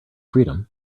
freedom